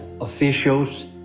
officials